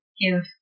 give